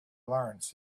learns